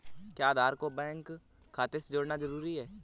क्या आधार को बैंक खाते से जोड़ना जरूरी है?